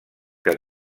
que